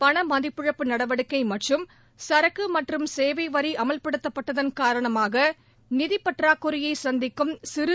பண மதிப்பிழப்பு நடவடிக்கை மற்றும் சரக்கு மற்றும் சேவை வரி அமல்படுத்தப்பட்டதன் காரணமாக நிதி பற்றாக்குறையை சந்திக்கும் சிறு